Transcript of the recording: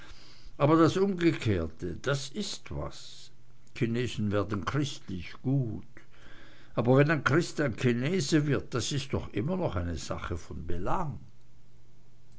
aber das umgekehrte das ist was chinesen werden christlich gut aber wenn ein christ ein chinese wird das ist doch immer noch eine sache von belang